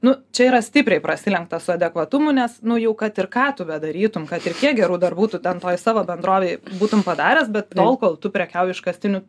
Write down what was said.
nu čia yra stipriai prasilenkta su adekvatumu nes nu jau kad ir ką tu bedarytum kad ir kiek gerų darbų tu ten toj savo bendrovėj būtum padaręs bet tol kol tu prekiauji iškastiniu